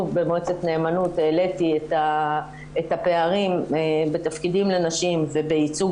במועצת הנאמנות העליתי את הפערים בתפקידים לנשים ובייצוג